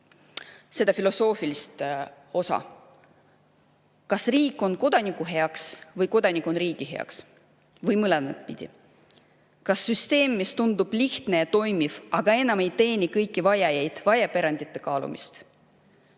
siis filosoofilise osa juurde. Kas riik on kodaniku heaks või kodanik on riigi heaks? Või mõlemat pidi? Kas süsteem, mis tundub lihtne ja toimiv, aga enam ei teeni kõiki abivajajaid, vajab erandite kaalumist?